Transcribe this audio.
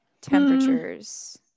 temperatures